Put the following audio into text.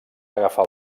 agafar